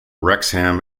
wrexham